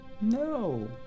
No